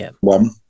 one